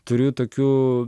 turiu tokių